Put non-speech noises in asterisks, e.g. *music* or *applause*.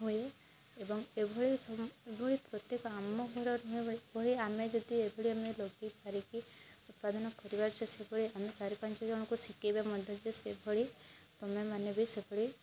ହୋଇ ଏବଂ ଏଭଳି ଏଭଳି ପ୍ରତ୍ୟକ ଆମ ଘର ଭଳି ଆମେ ଯଦି ଏଭଳି ଆମେ ଲଗେଇ *unintelligible* ଉତ୍ପାଦନ କରିବା ଚାଷ ଆମେ ଚାରି ପାଞ୍ଚ ଜଣକୁ ଶିଖେଇବା ମନଦେଇ ସେଭଳି ତମେମାନେ ବି ସେଭଳି